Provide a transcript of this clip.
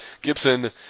Gibson